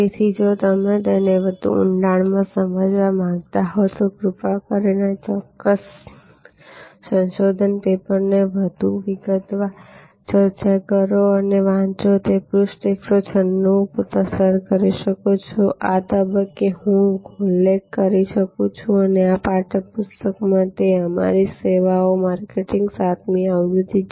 તેથી જો તમે તેને વધુ ઊંડાણમાં સમજવા માંગતા હો તો કૃપા કરીને આ ચોક્કસ સંશોધન પેપરને વધુ વિગતવાર ચર્ચા ઉપરાંત વાંચો જે તમે પૃષ્ઠ 196 પર કરી શકો છો અને આ તબક્કે હું ઉલ્લેખ કરી શકું છું કે આ પાઠ્ય પુસ્તકમાં તે અમારી સેવાઓ માર્કેટિંગ સાતમી આવૃત્તિ છે